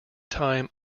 time